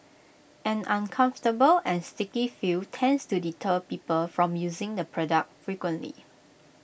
an uncomfortable and sticky feel tends to deter people from using the product frequently